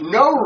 no